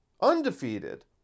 undefeated